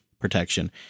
protection